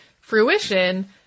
fruition